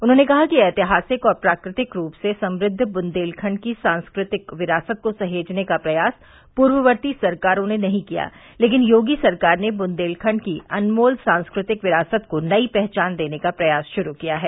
उन्होंने कहा कि ऐतिहासिक और प्राकृतिक रूप से समृद्व ब्न्देलखण्ड की सांस्कृतिक विरासत को सहेजने का प्रयास पूर्ववर्ती सरकारों ने नहीं किया लेकिन योगी सरकार ने बुन्देलखण्ड की अनमोल सांस्कृतिक विरासत को नयी पहचान देने का प्रयास शुरू किया है